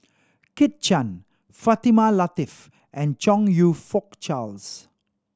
Kit Chan Fatimah Lateef and Chong You Fook Charles